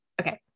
okay